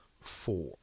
four